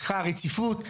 צריכה רציפות,